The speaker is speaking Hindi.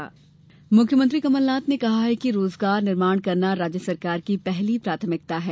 मुख्यमंत्री रोजगार मुख्यमंत्री कमलनाथ ने कहा है कि रोजगार निर्माण करना राज्य सरकार की पहली प्राथमिकता है